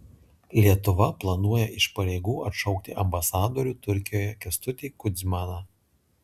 lietuva planuoja iš pareigų atšaukti ambasadorių turkijoje kęstutį kudzmaną